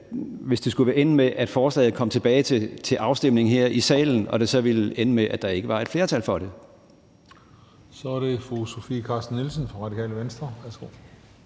hvis det skulle ende med, at forslaget kom tilbage til afstemning her i salen, og at det ville ende med, at der ikke var et flertal for det. Kl. 15:43 Den fg. formand (Christian Juhl): Så er det